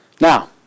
Now